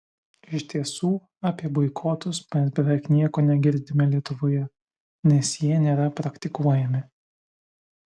iš tiesų apie boikotus mes beveik nieko negirdime lietuvoje nes jie nėra praktikuojami